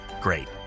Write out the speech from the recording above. Great